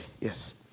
Yes